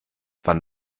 wann